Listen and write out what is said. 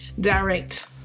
direct